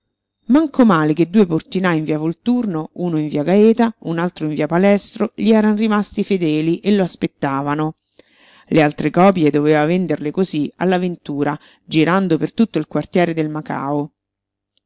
manco male che due portinaj in via volturno uno in via gaeta un altro in via palestro gli eran rimasti fedeli e lo aspettavano le altre copie doveva venderle cosí alla ventura girando per tutto il quartiere del macao